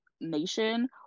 nation